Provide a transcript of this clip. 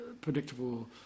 Predictable